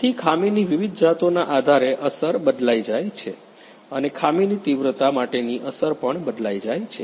તેથી ખામીની વિવિધ જાતોના આધારે અસર બદલાઈ જાય છે અને ખામીની તીવ્રતા માટેની અસર પણ બદલાઈ જાય છે